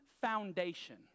foundation